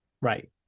right